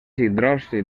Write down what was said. hidròxid